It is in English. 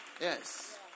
Yes